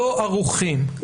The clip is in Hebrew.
לא ערוכים.